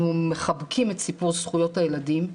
אנחנו מחבקים את סיפור זכויות הילדים.